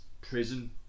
prison